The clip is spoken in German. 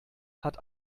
hat